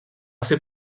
ser